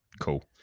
cool